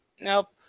Nope